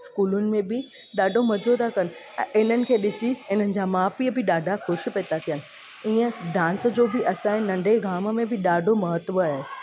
स्कूलनि में बि ॾाढो मज़ो था कन इन्हनि खे ॾिसी इन्हनि जा माउ पीअ बि ॾाढा ख़ुशि पिए था थियनि इअं डांस जो बि असांजे नंढे गांव में बि ॾाढो महत्वु आहे